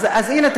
אז הינה,